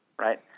right